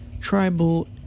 tribal